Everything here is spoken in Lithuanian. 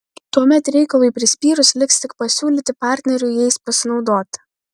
tuomet reikalui prispyrus liks tik pasiūlyti partneriui jais pasinaudoti